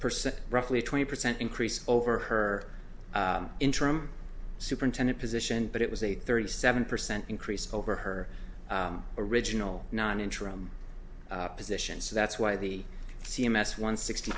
percent roughly twenty percent increase over her interim superintendent position but it was a thirty seven percent increase over her original non interim position so that's why the c m s one sixty